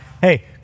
Hey